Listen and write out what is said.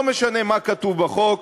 לא משנה מה כתוב בחוק,